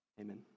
Amen